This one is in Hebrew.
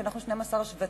שאנחנו 12 שבטים.